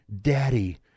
Daddy